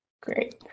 Great